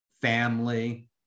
family